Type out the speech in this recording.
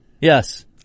Yes